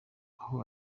aho